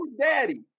daddy